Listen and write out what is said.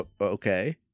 Okay